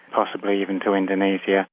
possibly even to indonesia,